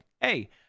hey